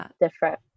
different